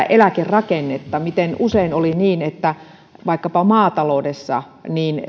eläkerakennetta miten usein oli niin että vaikkapa maataloudessa